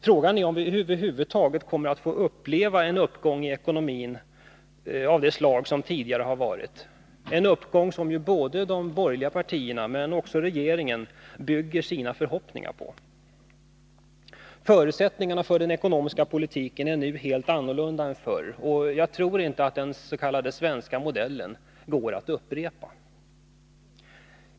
Frågan är om vi över huvud taget kommer att få uppleva en uppgång i ekonomin av det slag som vi tidigare har haft — en uppgång som de borgerliga partierna, men också regeringen, bygger sina förhoppningar på. Förutsättningarna för den ekonomiska politiken är nu helt annorlunda än förr, och jag tror inte att den s.k. svenska modellen går att upprepa.